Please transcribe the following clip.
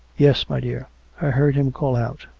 yes, my dear i heard him call out.